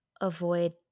avoid